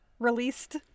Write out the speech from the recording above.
released